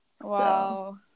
Wow